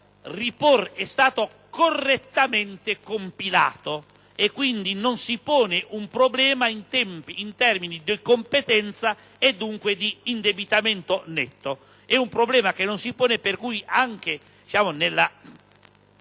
è stato correttamente compilato, quindi non si pone un problema in termini di competenza e dunque d'indebitamento netto.